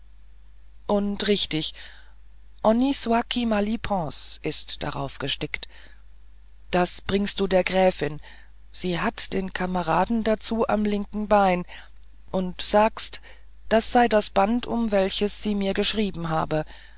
und richtig honny soit qui mal y pense ist drauf gestickt das bringst du der gräfin sie hat den kameraden dazu am linken bein und sagst das sei das band um welches sie mir geschrieben habe